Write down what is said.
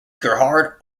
gerhard